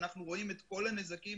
אנחנו רואים את כול הנזקים,